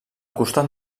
costat